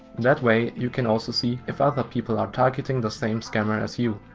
that way you can also see if other people are targeting the same scammer as you.